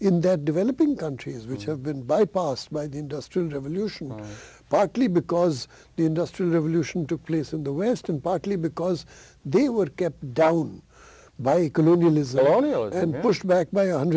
in that developing countries which have been bypassed by the industrial revolution partly because the industrial revolution took place in the west and partly because they would get down by google is the audio and pushed back by